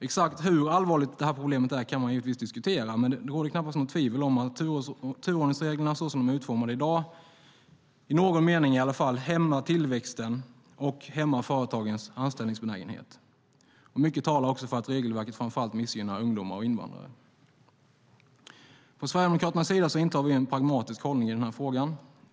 Exakt hur allvarligt problemet är kan man givetvis diskutera, men det råder knappast något tvivel om att turordningsreglerna såsom de är utformade i dag i alla fall i någon mening hämmar tillväxten och företagens anställningsbenägenhet. Mycket talar också för att regelverket framför allt missgynnar ungdomar och invandrare. Från Sverigedemokraternas sida intar vi en pragmatisk hållning i frågan.